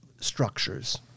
structures